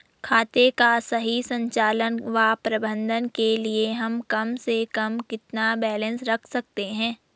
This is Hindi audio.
खाते का सही संचालन व प्रबंधन के लिए हम कम से कम कितना बैलेंस रख सकते हैं?